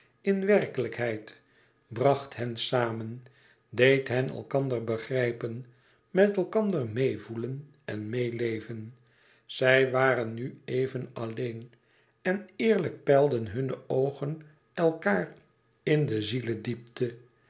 in werkelijkheid bracht hen samen deed hen elkander begrijpen met elkander meêvoelen en meêleven zij waren nu even alleen en eerlijk peilden hunne oogen elkaâr in de